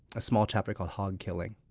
a small chapter called hog killing.